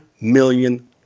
million